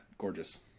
gorgeous